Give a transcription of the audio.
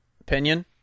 opinion